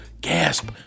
gasp